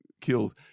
kills